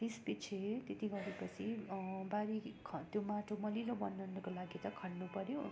त्यस पछि त्यति गरे पछि बारी खन् त्यो माटो मलिलो बनाउनको लागि खन्नु पर्यो